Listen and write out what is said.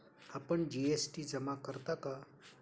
आपण जी.एस.टी जमा करता का?